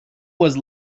was